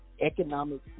economic